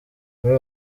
muri